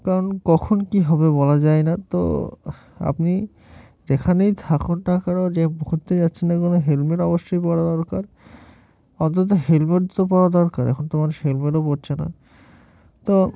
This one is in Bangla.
কারণ কখন কী হবে বলা যায় না তো আপনি যেখানেই থাকুন না কেন যে মুহূর্তেই যাচ্ছেন না কেন হেলমেট অবশ্যই পরা দরকার অন্তত হেলমেট তো পরা দরকার এখন তো মানুষ হেলমেটও পরছে না তো